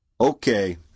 Okay